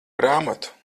grāmatu